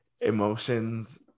emotions